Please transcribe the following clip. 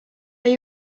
are